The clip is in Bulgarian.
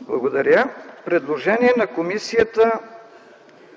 Благодаря. Предложение на комисията: